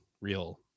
real